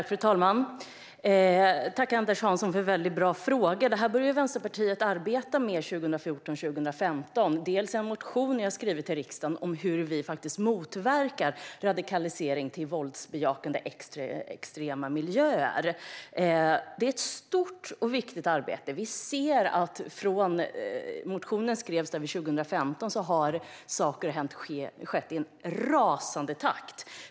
Fru talman! Tack, Anders Hansson, för väldigt bra frågor! Vänsterpartiet började arbeta med detta 2014/2015. Jag har bland annat skrivit en motion till riksdagen om hur vi kan motverka radikalisering i våldsbejakande extrema miljöer. Det är ett stort och viktigt arbete. Sedan motionen skrevs 2015 har saker skett i en rasande takt.